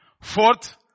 Fourth